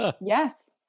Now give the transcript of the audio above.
yes